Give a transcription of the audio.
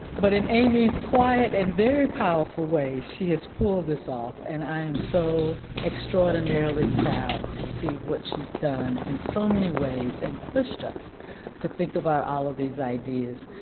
but in amy's quiet and very powerful way, she has pulled this off and i am so extraordinarily proud to see what she's done in so many ways and pushed us to think about all of these ideas.